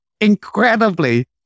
incredibly